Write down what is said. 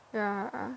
yeah